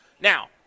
Now